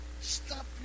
stop